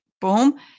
boom